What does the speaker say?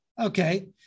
Okay